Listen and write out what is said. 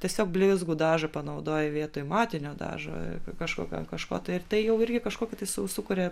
tiesiog blizgų dažą panaudojo vietoj matinio dažo kažkokio kažko tai ir tai jau irgi kažkokį su sukuria